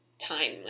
time